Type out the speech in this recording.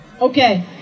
Okay